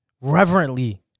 reverently